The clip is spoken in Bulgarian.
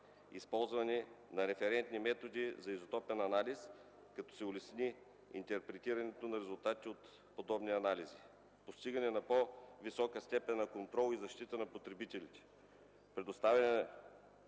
използване на референтни методи за изотопен анализ, като се улесни интерпретирането на резултатите от подобни анализи; - постигане на по-висока степен на контрол и защита на потребителите; - предотвратяване на